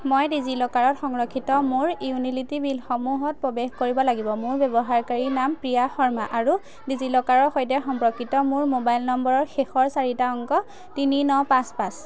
মই ডিজিলকাৰত সংৰক্ষিত মোৰ ইউটিলিটি বিলসমূহত প্ৰৱেশ কৰিব লাগিব মোৰ ব্যৱহাৰকাৰী নাম প্ৰিয়া শৰ্মা আৰু ডিজিলকাৰৰ সৈতে সম্পৰ্কিত মোৰ মোবাইল নম্বৰৰ শেষৰ চাৰিটা অংক তিনি ন পাঁচ পাঁচ